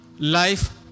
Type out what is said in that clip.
life